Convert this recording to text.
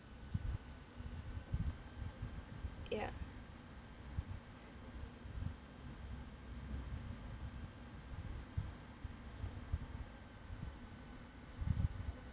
yup